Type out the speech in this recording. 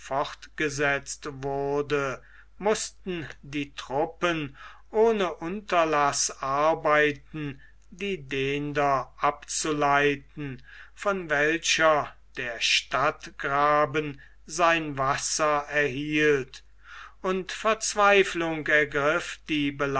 fortgesetzt wurde mußten die truppen ohne unterlaß arbeiten die dender abzuleiten von welcher der stadtgraben sein wasser erhielt und verzweiflung